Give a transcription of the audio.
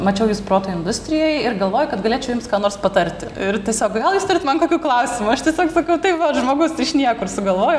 mačiau jus proto industrijoj ir galvoju kad galėčiau jums ką nors patarti ir tiesiog gal jūs turit man kokių klausimų aš tiesiog sakau taip vat žmogus iš niekur sugalvojo